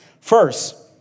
First